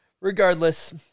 regardless